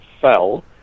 fell